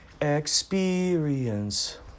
Experience